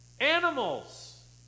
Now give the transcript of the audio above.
animals